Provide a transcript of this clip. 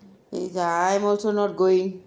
he's like I'm also not going